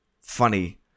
funny